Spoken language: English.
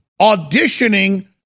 auditioning